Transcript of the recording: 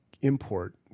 import